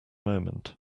moment